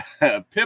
pip